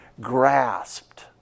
grasped